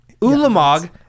Ulamog